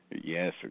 Yes